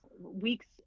weeks